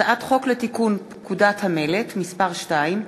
מטעם הכנסת: הצעת חוק לתיקון פקודת המלט (מס' 2)